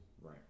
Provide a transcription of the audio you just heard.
Right